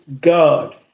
God